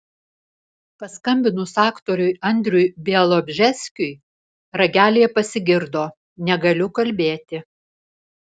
paskambinus aktoriui andriui bialobžeskiui ragelyje pasigirdo negaliu kalbėti